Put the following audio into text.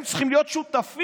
הם צריכים להיות שותפים